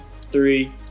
three